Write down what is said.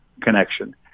connection